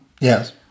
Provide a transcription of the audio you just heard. Yes